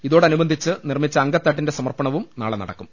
ഇതോടനുബന്ധിച്ച് നിർമ്മിച്ച അങ്കത്തട്ടിന്റെ സമർപ്പണവും നാളെ നടക്കും